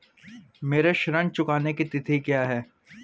मेरे ऋण चुकाने की तिथि क्या है?